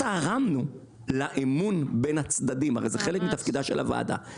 דיברתי על הפרנסה שלהם,